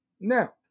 Now